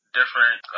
different